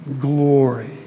glory